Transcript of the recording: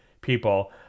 people